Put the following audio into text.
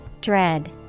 Dread